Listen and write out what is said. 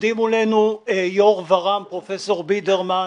עומדים מולנו יושב ראש ור"ם, פרופסור בידרמן,